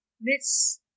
Miss